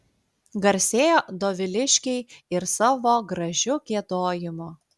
garsėjo doviliškiai ir savo gražiu giedojimu